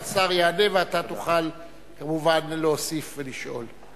השר יענה, ואתה תוכל כמובן להוסיף ולשאול.